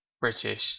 British